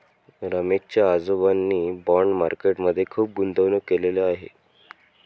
रमेश च्या आजोबांनी bond market मध्ये खुप गुंतवणूक केलेले आहे